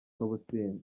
n’ubusinzi